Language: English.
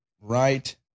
right